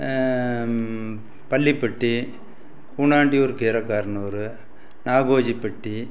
Pallipatti Koonandiyur Keeraikaranur Nagojipatti